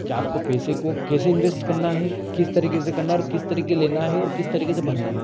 क्या आपको पैसे को कैसे इन्वेस्ट करना है किस तरीके से करना है और किस तरीके लेना है और किस तरीके से भरना है